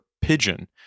pigeon